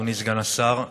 אדוני סגן השר,